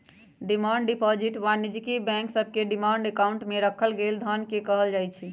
demand deposit वाणिज्यिक bank सभके demand account में राखल गेल धन के कहल जाइ छै